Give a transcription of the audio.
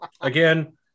Again